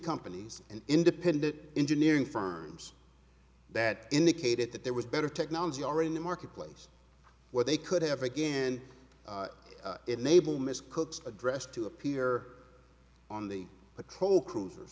companies and independent engineering firms that indicated that there was better technology already in the marketplace where they could have again enable ms cook's address to appear on the patrol cruiser